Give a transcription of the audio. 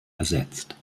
ersetzt